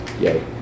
yay